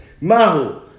Mahu